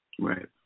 Right